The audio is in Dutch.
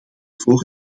voor